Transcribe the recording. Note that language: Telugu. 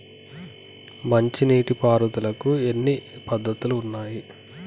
మంచి నీటి పారుదలకి ఎన్ని పద్దతులు ఉన్నాయి?